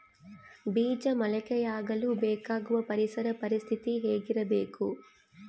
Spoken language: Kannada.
ಬೇಜ ಮೊಳಕೆಯಾಗಲು ಬೇಕಾಗುವ ಪರಿಸರ ಪರಿಸ್ಥಿತಿ ಹೇಗಿರಬೇಕು?